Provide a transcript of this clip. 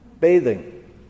bathing